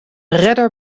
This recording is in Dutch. redder